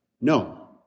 No